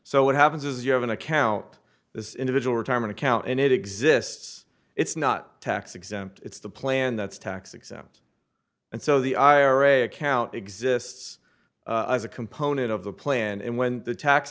so what happens is you have an account this individual retirement account and it exists it's not tax exempt it's the plan that's tax exempt and so the ira account exists as a component of the plan and when the tax